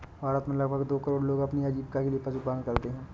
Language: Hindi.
भारत में लगभग दो करोड़ लोग अपनी आजीविका के लिए पशुपालन करते है